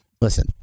listen